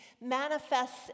manifests